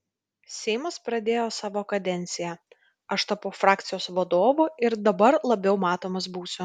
seimas pradėjo savo kadenciją aš tapau frakcijos vadovu ir dabar labiau matomas būsiu